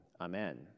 amen